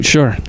Sure